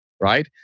right